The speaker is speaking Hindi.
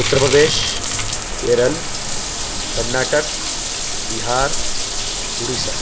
उत्तर प्रदेश केरल कर्नाटक बिहार उड़ीसा